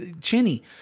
chinny